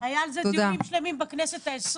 היה על זה דיונים שלמים בכנסת ה-20.